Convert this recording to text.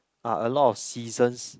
are a lot of seasons